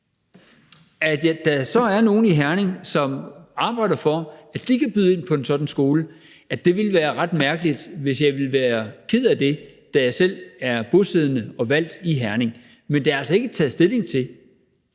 Når der så er nogle i Herning, som arbejder for, at de kan byde ind på en sådan skole, ville det være ret mærkeligt hvis jeg ville være ked af det, da jeg selv er bosiddende og valgt i Herning. Men der er altså med beslutningsforslaget